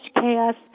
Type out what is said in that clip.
chaos